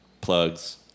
plugs